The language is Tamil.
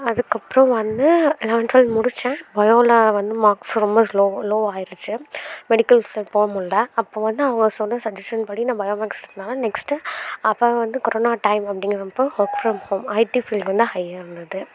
அதுக்கப்புறம் வந்து லெவன்த் ட்வல்த் முடித்தேன் பயோவில வந்து மார்க்ஸ் ரொம்ப ஸ்லோ லோ ஆயிடுச்சு மெடிக்கல் சைடு போமுடியல அப்போ வந்து அவங்க சொன்ன சஜ்ஜஷன் படி நான் பயோ மேக்ஸ் எடுத்தனால நெக்ஸ்ட்டு அப்போ வந்து கொரோனா டைம் அப்படிங்குறப்போ ஒர்க் ஃப்ரம் ஹோம் ஐடி ஃபீல்டில் ஹையாக இருந்துது